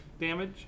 damage